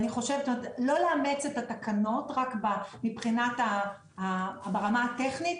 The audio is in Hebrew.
לא לאמץ את התקנות רק ברמה הטכנית,